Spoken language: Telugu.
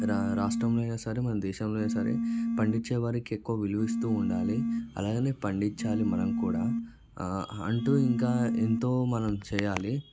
రాష్ట్రంలో అయినా సరే మన దేశంలో అయినా సరే పండించే వారికి ఎక్కువ విలువ ఇస్తూ ఉండాలి అలాగే పండించాలి మనం కూడా అండ్ ఇంకా ఎంతో మనం చేయాలి